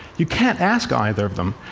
you can't ask either of them,